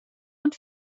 und